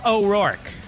O'Rourke